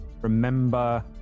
remember